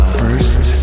first